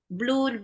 blue